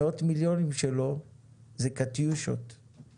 המאות מיליונים שלו זה קטיושות-קטיושה